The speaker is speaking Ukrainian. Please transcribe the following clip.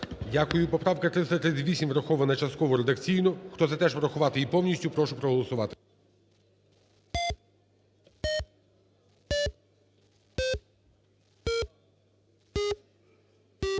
Дякую. Поправка 338 врахована частково редакційно. Хто за те, щоб врахувати її повністю, прошу її проголосувати.